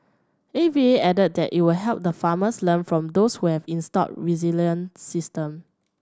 A V A added that it will help the farmers learn from those who have installed resilient system